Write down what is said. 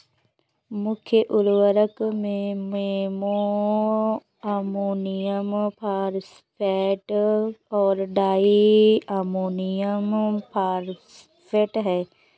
मुख्य उर्वरक में मोनो अमोनियम फॉस्फेट और डाई अमोनियम फॉस्फेट हैं